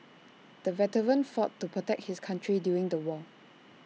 the veteran fought to protect his country during the war